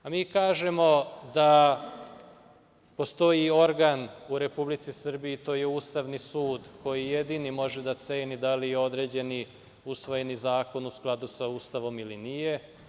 Mi kažemo da postoji organ u Republici Srbiji, to je Ustavni sud koji jedini može da ceni da li je određeni usvojeni zakon u skladu sa Ustavom ili nije.